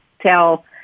tell